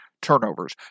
turnovers